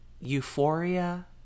Euphoria